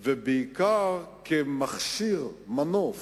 ובעיקר כמכשיר, מנוף,